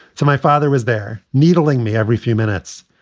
so my father was there needling me every few minutes.